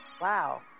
Wow